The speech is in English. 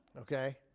Okay